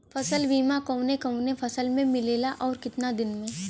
फ़सल बीमा कवने कवने फसल में मिलेला अउर कितना दिन में?